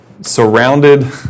Surrounded